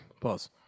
Pause